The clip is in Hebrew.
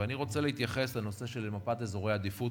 ואני רוצה להתייחס לנושא של מפת אזורי העדיפות,